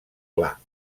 clar